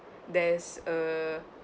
there's a